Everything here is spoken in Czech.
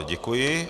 Děkuji.